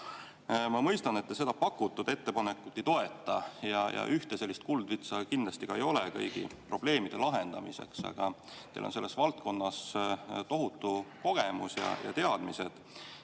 Ma mõistan, et te seda pakutud ettepanekut ei toeta. Ühte sellist kuldvitsa kindlasti ka ei ole kõikide probleemide lahendamiseks. Aga teil on selles valdkonnas tohutu kogemus ja teadmised.